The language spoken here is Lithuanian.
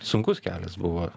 sunkus kelias buvo